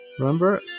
Remember